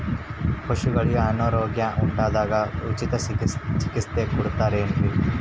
ಪಶುಗಳಿಗೆ ಅನಾರೋಗ್ಯ ಉಂಟಾದಾಗ ಉಚಿತ ಚಿಕಿತ್ಸೆ ಕೊಡುತ್ತಾರೆಯೇ?